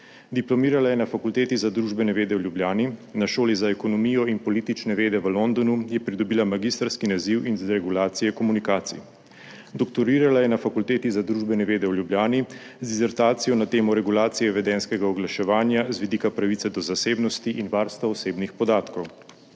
Diplomirala je na Fakulteti za družbene vede v Ljubljani, na Šoli za ekonomijo in politične vede v Londonu je pridobila magistrski naziv iz regulacije komunikacij. Doktorirala je na Fakulteti za družbene vede v Ljubljani z disertacijo na temo regulacije vedenjskega oglaševanja z vidika pravice do zasebnosti in varstva osebnih podatkov.